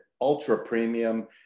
ultra-premium